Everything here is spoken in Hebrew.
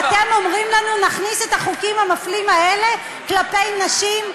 ואתם אומרים לנו: נכניס את החוקים המפלים האלה כלפי נשים,